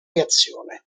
reazione